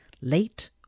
late